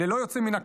ללא יוצא מן הכלל.